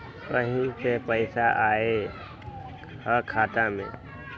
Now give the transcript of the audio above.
कहीं से पैसा आएल हैं खाता में?